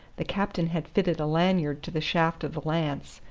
the captain had fitted a lanyard to the shaft of the lance,